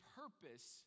purpose